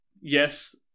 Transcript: yes